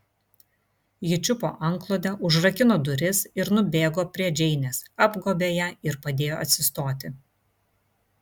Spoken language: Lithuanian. ji čiupo antklodę užrakino duris ir nubėgo prie džeinės apgobė ją ir padėjo atsistoti